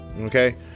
okay